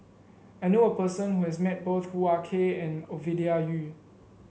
I knew a person who has met both Hoo Ah Kay and Ovidia Yu